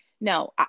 No